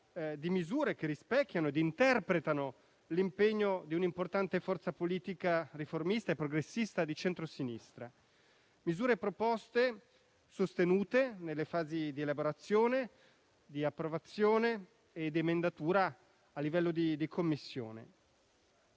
di misure che rispecchiano ed interpretano l'impegno di un'importante forza politica riformista e progressista di centrosinistra. Le misure proposte, sono state sostenute nelle fasi di elaborazione, approvazione ed emendazione a livello di Commissione.